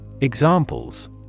Examples